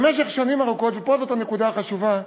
במשך שנים ארוכות, ופה הנקודה החשובה,